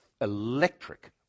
electric